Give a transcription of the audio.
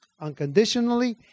unconditionally